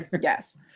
yes